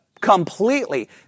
completely